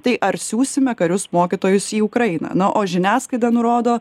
tai ar siųsime karius mokytojus į ukrainą na o žiniasklaida nurodo